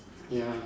ya